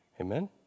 Amen